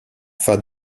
fat